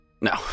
No